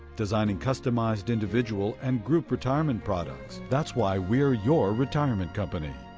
designing customized individual and group retirement products. that's why we're your retirement company.